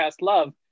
love